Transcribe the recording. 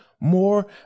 More